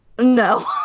No